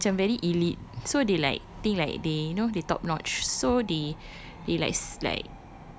singtel like macam very elite so they like think like they know they top notch so they they like like